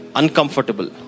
uncomfortable